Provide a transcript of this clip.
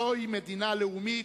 זוהי מדינה לאומית,